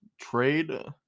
trade